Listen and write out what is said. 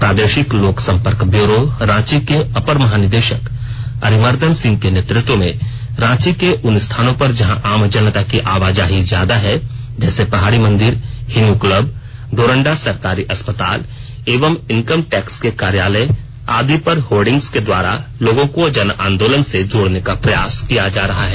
प्रादेशिक लोक संपर्क ब्यूरो रांची के अपर महानिदेशक अरिमर्दन सिंह के नेतृत्व में रांची के उन स्थानों पर जहां आम जनता की आवाजाही ज्यादा है जैसे पहाड़ी मंदिर हिंनू क्लब डोरंडा सरकारी अस्पताल एवं इनकम टैक्स के कार्यालय आदि पर होर्डिंग्स के द्वारा लोगों को जन आंदोलन से जोड़ने का प्रयास किया जा रहा है